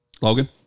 Logan